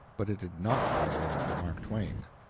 but it did not blow over for mark twain.